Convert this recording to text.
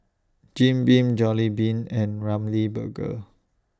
Jim Beam Jollibean and Ramly Burger